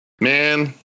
Man